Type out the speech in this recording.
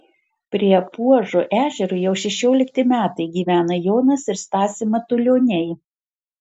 prie puožo ežero jau šešiolikti metai gyvena jonas ir stasė matulioniai